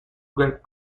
where